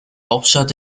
hauptstadt